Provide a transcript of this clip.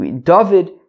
David